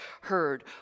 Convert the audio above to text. heard